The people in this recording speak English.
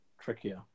trickier